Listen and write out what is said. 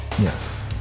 Yes